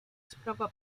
sprawa